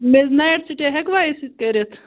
نہٕ حظ نایِٹ سٕٹے ہٮ۪کہٕ وا أسۍ أتۍ کٔرِتھ